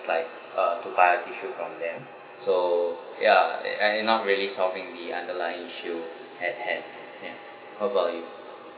like uh to buy a tissue from them so ya that I'm not really solving the underlying issue at hand ya how about you